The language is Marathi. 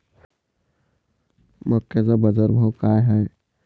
मक्याचा बाजारभाव काय हाय?